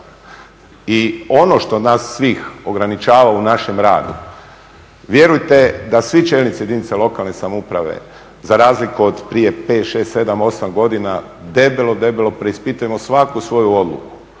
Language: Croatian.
I ono što nas svih ograničava u našem radu, vjerujte da svi čelnici jedinica lokalne samouprave za razliku od prije pet, šest, sedam, osam godina debelo, debelo preispitujemo svaku svoju odluku,